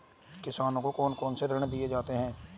किसानों को कौन से ऋण दिए जाते हैं?